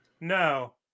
No